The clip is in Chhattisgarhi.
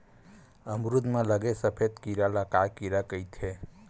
अमरूद म लगे सफेद कीरा ल का कीरा कइथे?